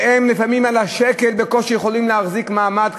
ולפעמים הם בקושי יכולים להחזיק מעמד,